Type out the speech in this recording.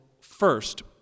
first